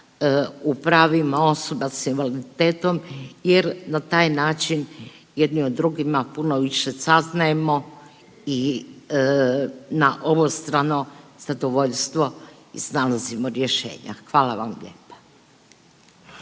u pravima osoba s invaliditetom jer na taj način jedni o drugima puno više saznajemo i na obostrano zadovoljstvo iznalazimo rješenja. Hvala vam lijepa.